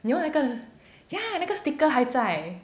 you know 那个 ya 那个 sticker 还在